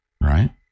right